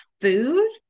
food